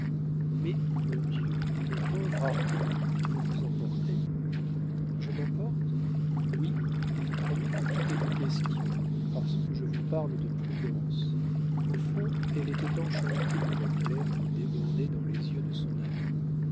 mais mon dieu mon pauvre armand vous vous emportez je m'emporte oui vous croyez que tout est en question parce que je vous parle de prudence au fond elle était enchantée de la colère qui débordait dans les yeux de son amant